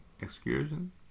excursion